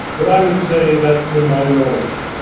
but i would say that's a minority.